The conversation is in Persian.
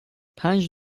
پنج